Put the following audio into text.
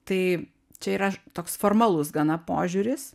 tai čia yra toks formalus gana požiūris